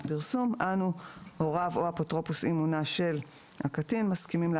לפי סעיף 33א(2)" יבוא "או לפי סעיף 33ד1". בתוספת השנייה,